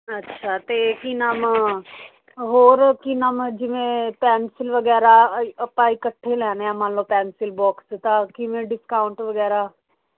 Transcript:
ਅੱਛਾ ਅਤੇ ਕੀ ਨਾਮ ਹੋਰ ਕੀ ਨਾਮ ਜਿਵੇਂ ਪੈਨਸਿਲ ਵਗੈਰਾ ਆਪਾਂ ਇਕੱਠੇ ਲੈਣੇ ਹੈ ਮੰਨ ਲਓ ਪੈਨਸਿਲ ਬੋਕਸ ਤਾਂ ਕਿਵੇਂ ਡਿਸਕਾਊਂਟ ਵਗੈਰਾ